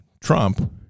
Trump